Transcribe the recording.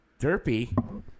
derpy